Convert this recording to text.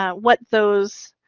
ah what those,